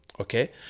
okay